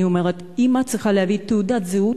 אני אומרת, אמא צריכה להביא תעודת זהות,